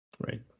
right